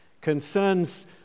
concerns